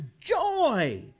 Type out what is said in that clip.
joy